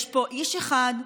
יש פה איש אחד,